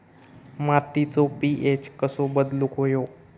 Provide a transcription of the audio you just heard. मातीचो पी.एच कसो बदलुक होयो?